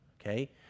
Okay